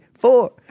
four